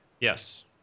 Yes